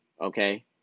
Okay